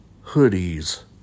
hoodies